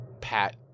pat